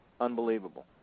Unbelievable